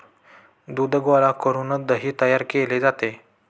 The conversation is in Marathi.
दूध गोळा करून दही तयार केले जाते